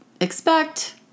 expect